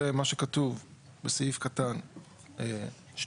זה מה שכתוב בסעיף קטן (2).